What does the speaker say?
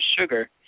sugar